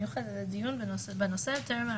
אושרה.